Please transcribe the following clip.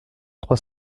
trois